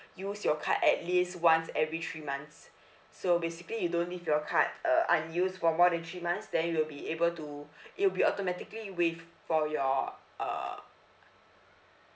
use your card at least once every three months so basically you don't leave your card uh unused for more than three months then you'll be able to it'll be automatically waived for your uh